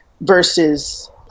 versus